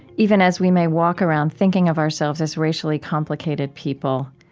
even as we may walk around thinking of ourselves as racially complicated people,